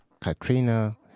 Katrina